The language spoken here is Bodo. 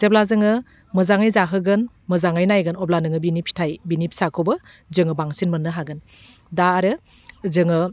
जेब्ला जोङो मोजाङै जाहोगोन मोजाङै नायगोन अब्लानो बिनि फिथाइ बिनि फिसाखौबो जोङो बांसिन मोननो हागोन दा आरो जोङो